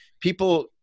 People